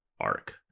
arc